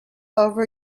over